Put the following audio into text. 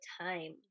time